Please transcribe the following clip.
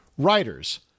Writers